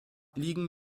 liegen